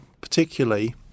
particularly